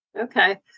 okay